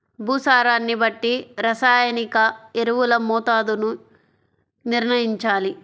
భూసారాన్ని బట్టి రసాయనిక ఎరువుల మోతాదుని నిర్ణయంచాలి